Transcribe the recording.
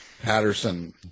Patterson